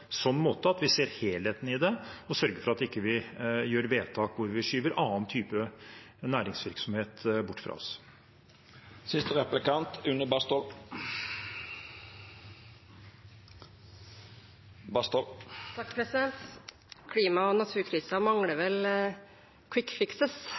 måte at vi ser helheten i det og sørger for at vi ikke gjør vedtak hvor vi skyver andre typer næringsvirksomhet bort fra oss. Klima- og naturkrisen mangler vel «quick fixes», og